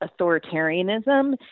authoritarianism